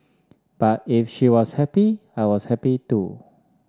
but if she was happy I was happy too